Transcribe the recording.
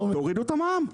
תורידו את המע"מ.